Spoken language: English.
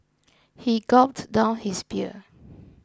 he gulped down his beer